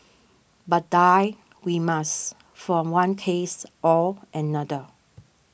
but die we must from one case or another